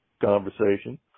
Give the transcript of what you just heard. conversation